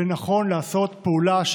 ונכון לעשות פעולה,